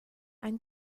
ein